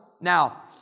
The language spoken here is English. Now